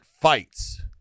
fights